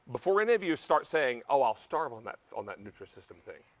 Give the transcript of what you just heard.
before any of you start saying, i'll i'll starve on that on that nutrisystem thing.